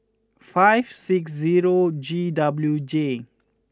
five six zero G W J